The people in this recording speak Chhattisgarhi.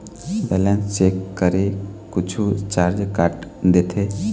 बैलेंस चेक करें कुछू चार्ज काट देथे?